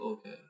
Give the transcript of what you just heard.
Okay